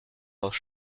aus